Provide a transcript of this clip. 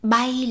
Bay